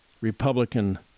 Republican